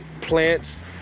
plants